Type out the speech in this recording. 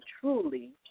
Truly